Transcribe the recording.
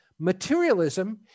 Materialism